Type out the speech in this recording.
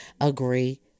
agree